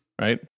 right